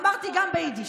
אמרתי גם ביידיש.